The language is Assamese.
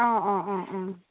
অঁ অঁ অঁ অঁ